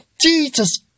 Jesus